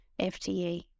FTE